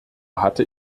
hatte